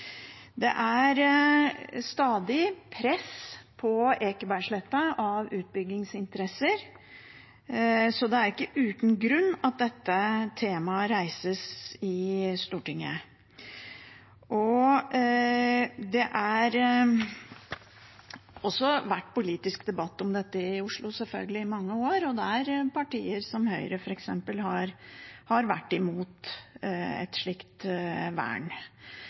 Det er stadig press på Ekebergsletta fra utbyggingsinteresser, så det er ikke uten grunn dette temaet reises i Stortinget. Det har selvfølgelig også vært politisk debatt om dette i Oslo i mange år, der partier som f.eks. Høyre har vært imot et slikt vern.